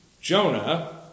Jonah